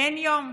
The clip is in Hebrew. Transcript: אין יום.